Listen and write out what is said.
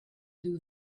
blue